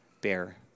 bear